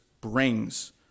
brings